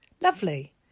lovely